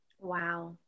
wow